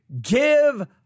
Give